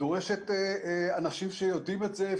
דורשת אנשים שיודעים את זה,